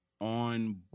on